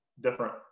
different